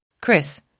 Chris